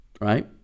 right